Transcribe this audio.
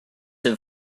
have